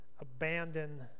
abandon